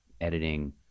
editing